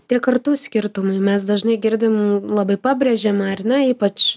tie kartų skirtumai mes dažnai girdim labai pabrėžiama ar ne ypač